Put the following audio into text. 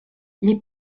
les